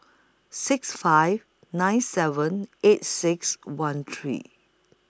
six five nine seven eight six one three